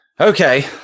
Okay